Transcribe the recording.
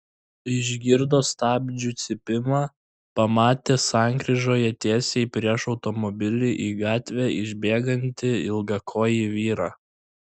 išgirdo stabdžių cypimą pamatė sankryžoje tiesiai prieš automobilį į gatvę išbėgantį ilgakojį vyrą